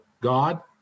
God